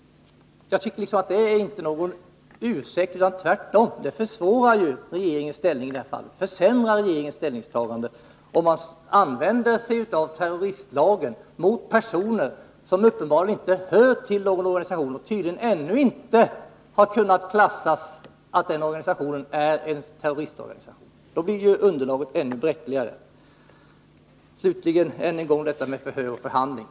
Innehållet i listan kan alltså inte användas som ursäkt i detta fall. Listans innehåll bidrar snarare till att göra underlaget för regeringens ställningstagande ännu bräckligare. Regeringen använder terroristlagen mot personer som uppenbarligen inte hör till där avsedda organisationer. Det har ännu inte kunnat fastställas att den aktuella organisationen är en terroristorganisation. Jag vill slutligen ännu en gång ta upp frågan om skillnaden mellan förhör och förhandling.